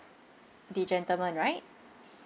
the gentlemen right